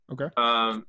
Okay